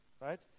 Right